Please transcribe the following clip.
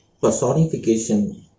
Personification